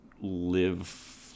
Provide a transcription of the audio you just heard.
live